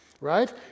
right